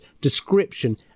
description